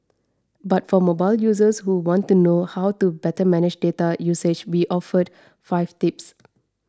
but for mobile users who want to know how to better manage data usage we offered five tips